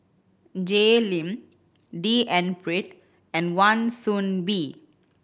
Jay Lim D N Pritt and Wan Soon Bee